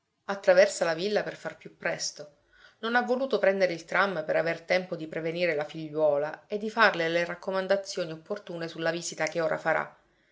attraversa la villa per far più presto non ha voluto prendere il tram per aver tempo di prevenire la figliuola e di farle le raccomandazioni opportune sulla visita che ora farà